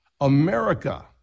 America